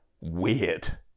weird